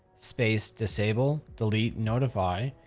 space, disabledeletenotify,